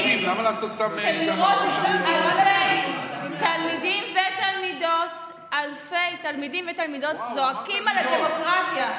אלפי תלמידים ותלמידות זועקים על הדמוקרטיה.